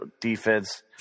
defense